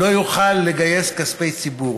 לא יוכל לגייס כספי ציבור,